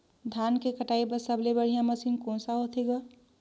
धान के कटाई बर सबले बढ़िया मशीन कोन सा होथे ग?